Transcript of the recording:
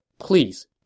Please